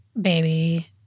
baby